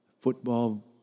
football